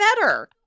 better